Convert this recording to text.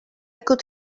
could